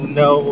no